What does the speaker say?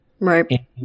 Right